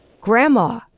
grandma